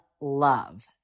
love